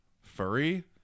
furry